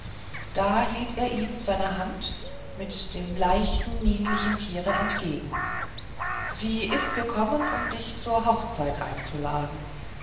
da hielt er ihm seine hand mit dem leichten niedlichen tiere entgegen sie ist gekommen um dich zur hochzeit einzuladen